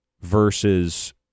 versus